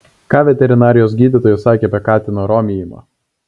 ką veterinarijos gydytojas sakė apie katino romijimą